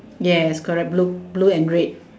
yes correct blue blue and red